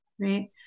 right